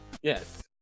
Yes